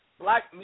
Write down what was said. black